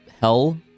hell